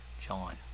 John